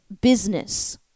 business